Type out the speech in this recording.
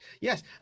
Yes